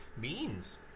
beans